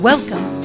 Welcome